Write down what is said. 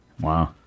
Wow